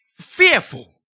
fearful